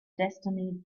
destiny